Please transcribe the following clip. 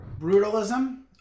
brutalism